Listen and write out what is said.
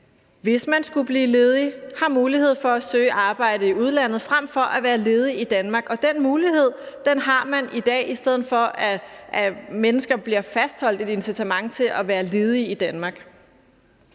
hvis man skulle blive ledig, har mulighed for at søge arbejde i udlandet frem for at være ledig i Danmark. Den mulighed har man i dag, i stedet for at mennesker bliver fastholdt i at have et incitament til at være ledig i Danmark.